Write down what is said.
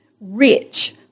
rich